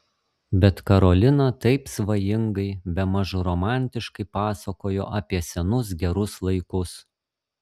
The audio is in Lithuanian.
bet karolina taip svajingai bemaž romantiškai pasakojo apie senus gerus laikus